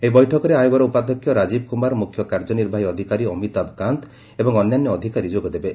ଏହି ବୈଠକରେ ଆୟୋଗର ଉପାଧ୍ୟକ୍ଷ ରାଜୀବ କୁମାର ମୁଖ୍ୟ କାର୍ଯ୍ୟନିର୍ବାହୀ ଅଧିକାରୀ ଅମିତାଭ କାନ୍ତ ଏବଂ ଅନ୍ୟାନ୍ୟ ଅଧିକାରୀ ଯୋଗଦେବେ